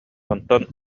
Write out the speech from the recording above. онтон